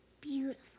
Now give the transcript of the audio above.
beautiful